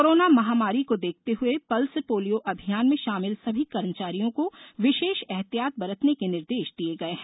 corona महामारी को देखते हुए पल्स पोलियो अभियान में शामिल सभी कर्मचारियों को विशेष एहतियात बरतने के निर्देश दिए गए हैं